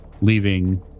leaving